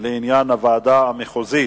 לעניין הוועדה המחוזית),